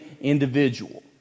individual